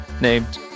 named